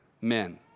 men